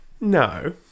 No